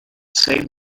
saved